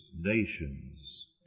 Nations